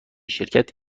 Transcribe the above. شرکت